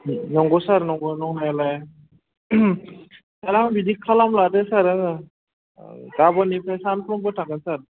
नंग' सार नंग' नंनायालाय बिदि खालामला दे सार आङो गाबोननिफ्राय सामफ्रोमबो थांगोन सार